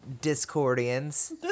Discordians